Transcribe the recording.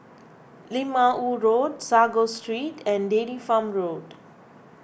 Lim Ah Woo Road Sago Street and Dairy Farm Road